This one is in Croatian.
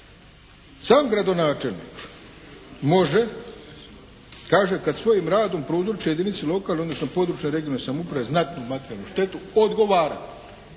Sam gradonačelnik može, kaže kad svojim radom prouzroči jedinici lokalne odnosno područne regionalne samouprave znatnu materijalnu štetu odgovarati.